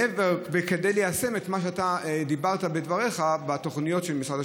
כדי ליישם את מה שאתה אמרת בדבריך על התוכניות של משרד השיכון.